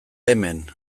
hemen